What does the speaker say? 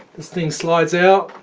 this thing slides out